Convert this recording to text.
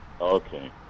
Okay